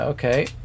Okay